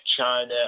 China